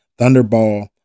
Thunderball